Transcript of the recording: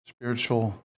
spiritual